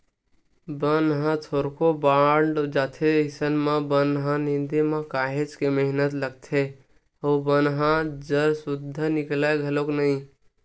बन ह थोरको बाड़ जाथे अइसन म बन ल निंदे म काहेच के मेहनत लागथे अउ बन ह जर सुद्दा निकलय घलोक नइ